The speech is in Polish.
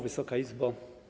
Wysoka Izbo!